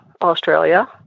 Australia